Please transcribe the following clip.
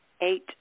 Eight